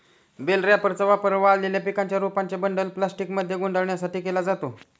bell रॅपरचा वापर वाळलेल्या पिकांच्या रोपांचे बंडल प्लास्टिकमध्ये गुंडाळण्यासाठी केला जातो